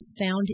found